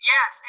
Yes